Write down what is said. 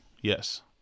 Yes